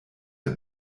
der